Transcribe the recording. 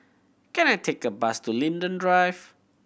can I take a bus to Linden Drive